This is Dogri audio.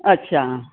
अच्छा